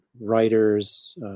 writers